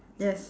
yes